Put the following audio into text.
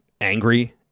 angry